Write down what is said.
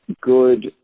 good